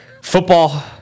football